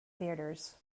theatres